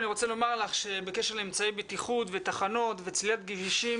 אני רוצה לומר לך שבקשר לאמצעי בטיחות ותחנות וסלילת כבישים,